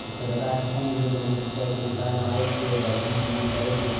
ओकर डेटा खत्म होइए तऽ उन्नैस रुपैआके रिचार्ज मारै छियै आओर बढ़िआँ से यूज करै छै